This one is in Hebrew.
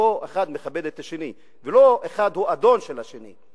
שבו אחד מכבד את השני ולא אחד הוא אדון של השני.